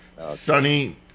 Sunny